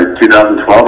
2012